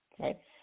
Okay